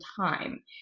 time